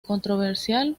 controversial